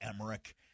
Emmerich